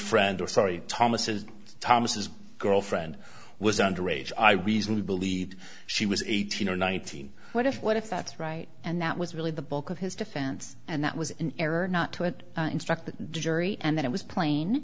friend or sorry thomas thomas girlfriend was under age i reason to believe she was eighteen or nineteen what if what if that's right and that was really the bulk of his defense and that was an error not to it instruct the jury and then it was pla